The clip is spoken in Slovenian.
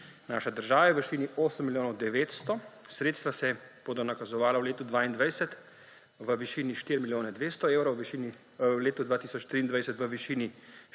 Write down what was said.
naše države v višini 8 milijonov 900. Sredstva se bodo nakazovala v letu 2022 v višini 4 milijone 200 tisoč evrov, v letu 2023 v višini